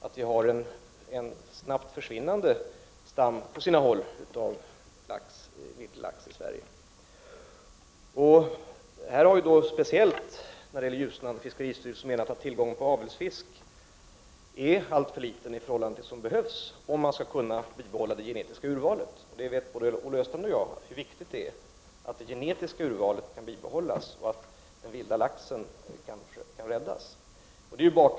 Men på sina håll i Sverige är det så, att vi har en snabbt försvinnande stam av vinterlax. Speciellt när det gäller Ljusnan menar fiskeristyrelsen att tillgången på avelsfisk är alltför liten i förhållande till vad som behövs för att det skall vara möjligt att behålla ett genetiskt urval. Både Olle Östrand och jag vet hur viktigt det är att ett genetiskt urval kan bibehållas, så att den vilda laxen kanske kan räddas.